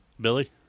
Billy